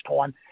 time